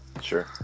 Sure